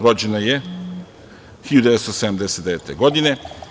Rođena je 1979. godine.